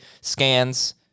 scans